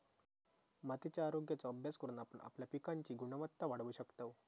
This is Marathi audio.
मातीच्या आरोग्याचो अभ्यास करून आपण आपल्या पिकांची गुणवत्ता वाढवू शकतव